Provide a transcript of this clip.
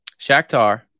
Shakhtar